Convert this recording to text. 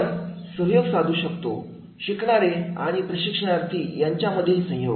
आपण सहयोग साधू शकतो शिकणारे आणि प्रशिक्षणार्थी यांच्यामधील सहयोग